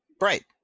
Right